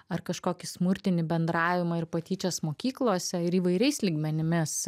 ar kažkokį smurtinį bendravimą ir patyčias mokyklose ir įvairiais lygmenimis